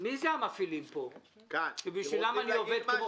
זה המפעילים שבשבילם אני עובד כמו